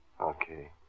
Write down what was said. Okay